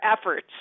efforts